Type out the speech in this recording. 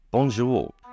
Bonjour